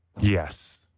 Yes